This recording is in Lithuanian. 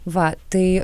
va tai